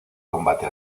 combate